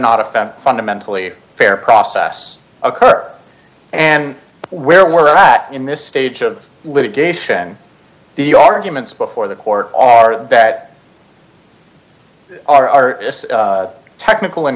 not a fan fundamentally fair process occur and where we're at in this stage of litigation the arguments before the court are that are technical in